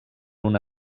una